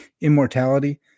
immortality